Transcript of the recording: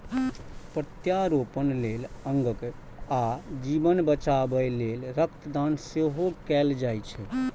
प्रत्यारोपण लेल अंग आ जीवन बचाबै लेल रक्त दान सेहो कैल जाइ छै